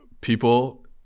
people